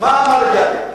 מה אמר ביאליק?